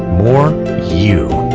more you.